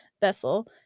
vessel